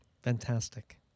fantastic